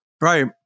Right